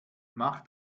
mach